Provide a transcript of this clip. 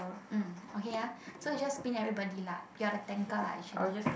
mm okay ah so you just spin everybody lah you are the tanker lah actually